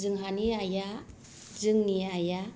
जोंहानि आइआ जोंनि आइआ